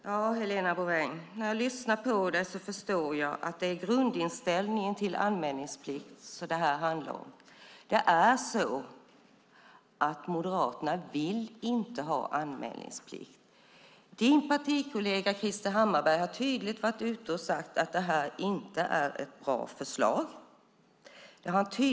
Herr talman! När jag lyssnar på Helena Bouveng förstår jag att det är grundinställningen till anmälningsplikt som det här handlar om. Moderaterna vill inte ha anmälningsplikt. Din partikollega Krister Hammarbergh har tydligt varit ute och sagt att det här inte är ett bra förslag.